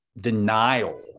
denial